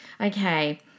Okay